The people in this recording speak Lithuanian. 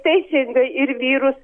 teisingai ir vyrus